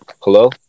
Hello